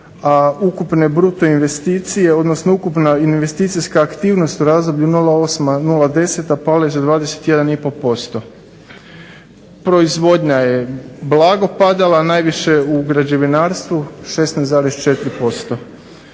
a ukupne bruto investicije, odnosno ukupna investicijska aktivnost u razdoblju nula osma nula deseta pale za 21 i pol posto. Proizvodnja je blago padala, najviše u građevinarstvu 16,4%.